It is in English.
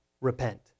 repent